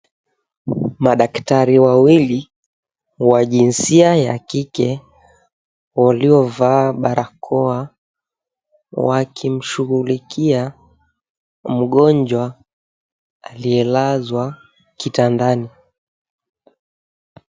Madaktari wawili wa jinsia ya kike waliovaa barakoa wakimshughulikia mgonjwa aliyelazwa kitandani.